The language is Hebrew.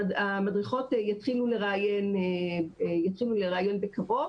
המדריכות יתחילו לראיין בקרוב.